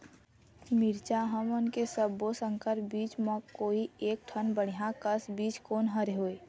मिरचा हमन के सब्बो संकर बीज म कोई एक ठन बढ़िया कस बीज कोन हर होए?